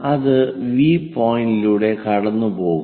അത് V പോയിന്റിലൂടെ കടന്നുപോകും